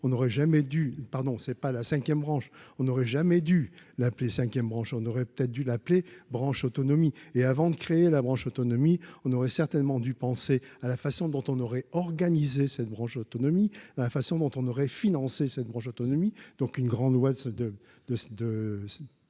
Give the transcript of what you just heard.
on n'aurait jamais dû l'appeler 5ème, branche, on aurait peut-être dû l'appeler branche autonomie et avant de créer la branche autonomie, on aurait certainement dû penser à la façon dont on aurait organisé cette branche autonomie la façon dont on aurait financé cette branche autonomie donc une grande loi de,